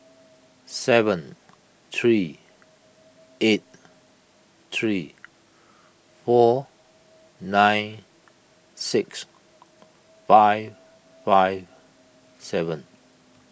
seven three eight three four nine six five five seven